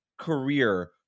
career